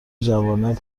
جوانب